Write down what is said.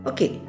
Okay